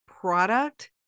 product